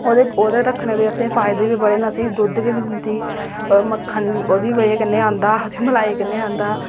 ओह्दे रक्खने दे असेंगी फायदे बी बड़े न असें ई दुद्ध बी दिंदी मक्खन ओह्दी बजह कन्नै आंदा दे मलाई कन्नै आंदा